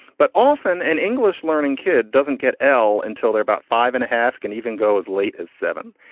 but often an english learning kid doesn't get l until they're about five and a half can even go as late as seven.